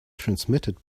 transmitted